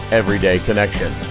everydayconnection